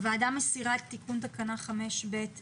הוועדה מסירה את תיקון תקנה 5ב(1).